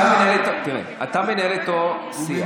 תראה, אתה מנהל איתו שיח.